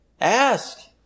Ask